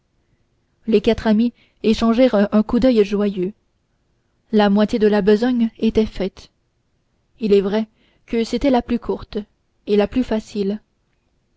les quatre amis échangèrent un coup d'oeil joyeux la moitié de la besogne était faite il est vrai que c'était la plus courte et la plus facile